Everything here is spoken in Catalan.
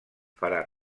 farà